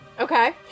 Okay